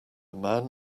man